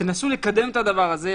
תנסו לקדם את הדבר הזה.